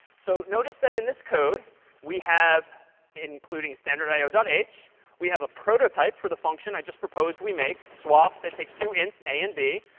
so notice that in this code we have including standard i o dot h we have a prototype for the function i just proposed we make, swap, that takes two ints a and b.